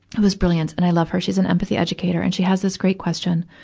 who is brilliant, and i love her she's an empathy educator, and she has this great question,